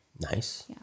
Nice